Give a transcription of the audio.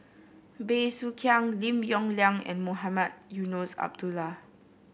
Bey Soo Khiang Lim Yong Liang and Mohamed Eunos Abdullah